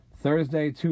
Thursday